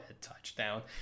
touchdown